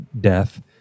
death